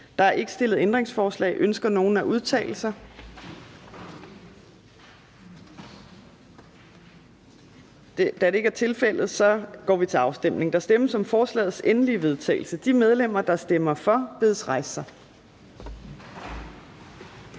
Der er ikke stillet ændringsforslag. Ønsker nogen at udtale sig? Da det ikke er tilfældet, går vi til afstemning. Kl. 14:54 Afstemning Fjerde næstformand (Trine Torp): Der stemmes om forslagets endelige vedtagelse. De medlemmer, der stemmer for, bedes rejse sig.